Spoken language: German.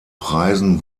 preisen